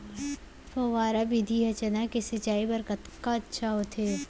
फव्वारा विधि ह चना के सिंचाई बर कतका अच्छा होथे?